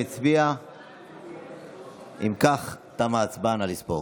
נא לספור.